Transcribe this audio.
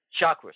chakras